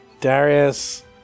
Darius